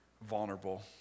vulnerable